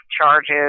charges